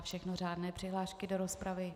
Všechno řádné přihlášky do rozpravy.